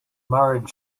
married